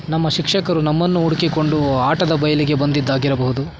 ನಮ್ಮ ಶಿಕ್ಷಕರು ನಮ್ಮನ್ನು ಹುಡುಕಿಕೊಂಡು ಆಟದ ಬಯಲಿಗೆ ಬಂದಿದ್ದಾಗಿರಬಹುದು